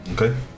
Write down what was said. okay